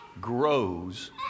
grows